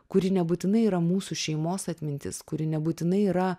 kuri nebūtinai yra mūsų šeimos atmintis kuri nebūtinai yra